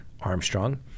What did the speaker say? Armstrong